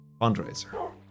fundraiser